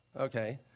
Okay